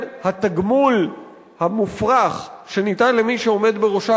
התגמול המופרך שניתן למי שעומד בראשה,